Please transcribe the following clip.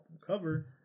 cover